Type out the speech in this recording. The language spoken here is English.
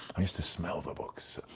i used to smell the books.